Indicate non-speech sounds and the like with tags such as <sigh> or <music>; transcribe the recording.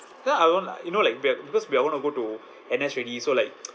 then I was like you know like we are because we are gonna go to N_S already so like <noise>